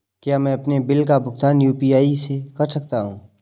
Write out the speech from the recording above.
क्या मैं अपने बिल का भुगतान यू.पी.आई से कर सकता हूँ?